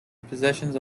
possessions